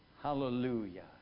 Hallelujah